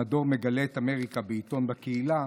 במדור "מגלה את אמריקה" בעיתון "בקהילה":